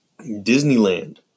Disneyland